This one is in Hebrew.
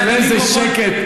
אבל תראה איזה שקט,